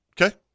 Okay